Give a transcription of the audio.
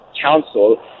council